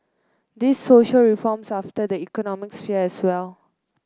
these social reforms affect the economic sphere as well